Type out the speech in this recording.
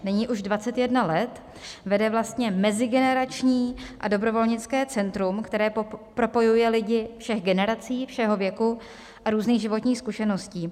Nyní už 20 let vede Mezigenerační a dobrovolnické centrum, které propojuje lidi všech generací, všeho věku a různých životních zkušeností.